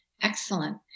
Excellent